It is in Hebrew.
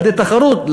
על-ידי תחרות,